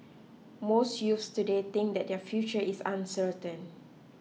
most youths today think that their future is uncertain